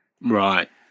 Right